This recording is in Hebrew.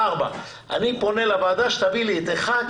4 ואני פונה לוועדה שתביא לי את 1,